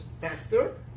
faster